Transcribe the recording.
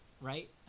Right